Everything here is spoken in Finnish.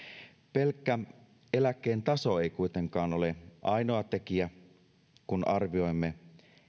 pelkkä eläkkeen taso ei kuitenkaan ole ainoa tekijä kun arvioimme